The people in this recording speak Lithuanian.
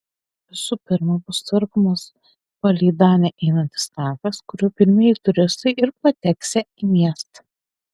visų pirma bus tvarkomas palei danę einantis takas kuriuo pirmieji turistai ir pateksią į miestą